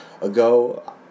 ago